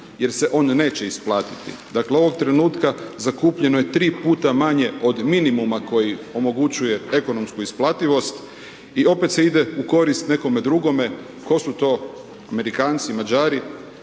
jer se on neće isplatiti. Dakle, ovog trenutka zakupljeno je tri puta manje od minimuma koji omogućuje ekonomsku isplativost i opet se ide u korist nekome drugome, tko su to Amerikanci, Mađari?